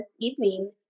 evening